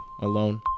alone